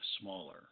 smaller